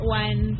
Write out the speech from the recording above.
one